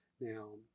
Now